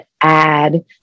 add